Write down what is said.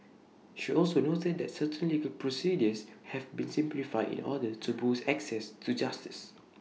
she also noted that certain legal procedures have been simplified in order to boost access to justice